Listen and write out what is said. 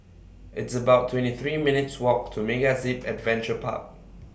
It's about twenty three minutes' Walk to MegaZip Adventure Park